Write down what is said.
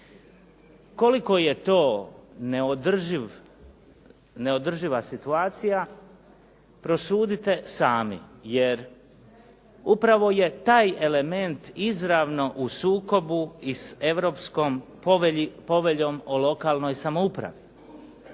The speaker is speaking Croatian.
Koliko je to neodrživa situacija prosudite sami jer upravo je taj element izravno u sukobu i s Europskom poveljom o lokalnoj samoupravi.